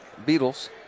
Beatles